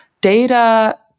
data